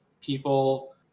people